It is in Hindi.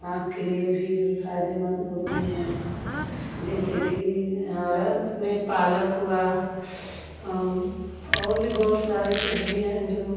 आँख के लिए भी फायदेमंद होती हैं जैसे कि हमारा उसमें पालक हुआ और भी बहुत सारे सब्जी हैं जो